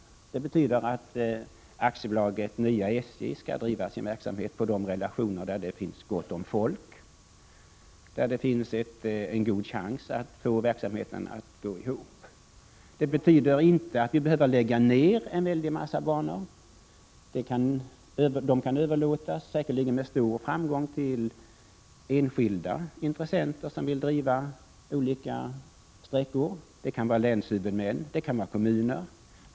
Det betyder att AB Nya SJ skall driva sin verksamhet på de relationer där det finns gott om folk, där det finns en god chans att få verksamheten att gå ihop. Det betyder inte att vi behöver lägga ned en stor mängd banor. De kan säkerligen med stor framgång överlåtas till enskilda intressenter som vill driva trafik på olika sträckor — det kan vara länshuvudmän, det kan vara kommuner.